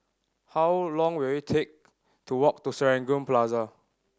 how long will it take to walk to Serangoon Plaza